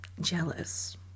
jealous